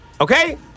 okay